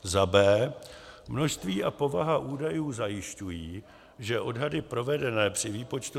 b) množství a povaha údajů zajišťují, že odhady provedené při výpočtu